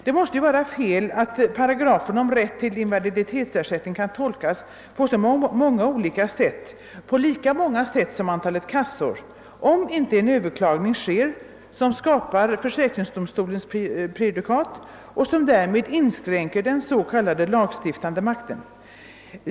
Det måste vara fel att paragrafen om rätt till invaliditetsersättning kan tolkas på lika många sätt som antalet kassor, om inte överklagningar sker som skapar försäkringsdomstolsprejudikat och därmed inskränker den s.k. lagstiftande makten.